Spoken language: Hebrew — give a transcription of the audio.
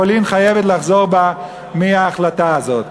פולין חייבת לחזור בה מההחלטה הזאת.